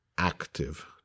active